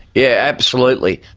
yeah, absolutely.